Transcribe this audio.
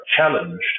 challenged